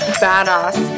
badass